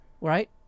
Right